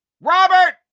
Robert